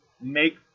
make